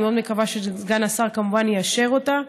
אני מאוד מקווה שסגן השר כמובן יאשר אותה.